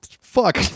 Fuck